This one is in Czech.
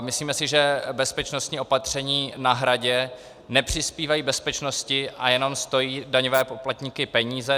Myslíme si, že bezpečnostní opatření na Hradě nepřispívají bezpečnosti a jenom stojí daňové poplatníky peníze.